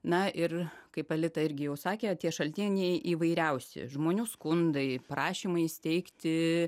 na ir kaip aelita irgi sakė tie šaltiniai įvairiausi žmonių skundai prašymai įsteigti